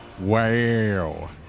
Wow